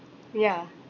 yeah